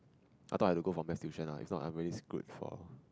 I thought I will go for math tuition ah if not I really screw for